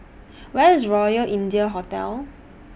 Where IS Royal India Hotel